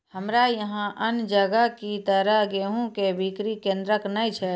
हमरा यहाँ अन्य जगह की तरह गेहूँ के बिक्री केन्द्रऽक नैय छैय?